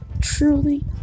truly